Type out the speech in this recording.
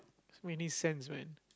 so many sense man